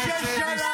החיילים שלנו, שלנו.